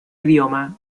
idioma